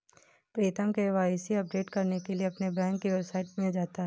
प्रीतम KYC update करने के लिए अपने बैंक की वेबसाइट में जाता है